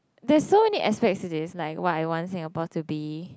there's so many aspects to this like what I want Singapore to be